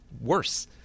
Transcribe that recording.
worse